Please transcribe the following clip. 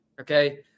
Okay